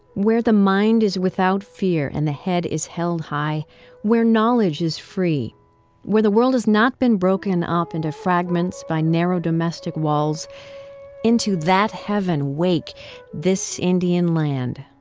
where the mind is without fear and the head is held high where knowledge is free where the world has not been broken up into fragments by narrow domestic walls into that heaven wake this indian land